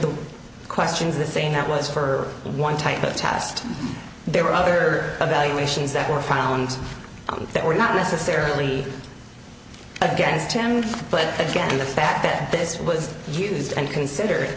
the questions the same that was for one type of test there were other evaluations that were found that were not necessarily against him but again the fact that this was used and considered